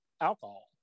alcohol